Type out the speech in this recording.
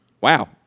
Wow